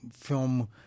film